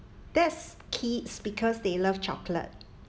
that's kids because they love chocolate